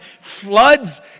floods